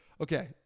okay